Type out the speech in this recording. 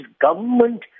government